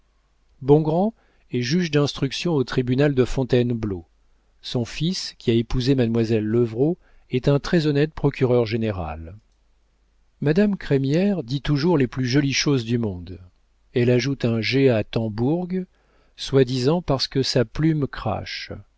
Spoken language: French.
bongrand est juge d'instruction au tribunal de fontainebleau son fils qui a épousé mademoiselle levrault est un très-honnête procureur-général madame crémière dit toujours les plus jolies choses du monde elle ajoute un g à tambourg soi-disant parce que sa plume crache